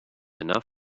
enough